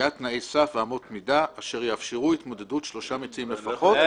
קביעת תנאי סף ואמות מידה אשר יאפשרו התמודדות שלושה מציעים לפחות.